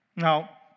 Now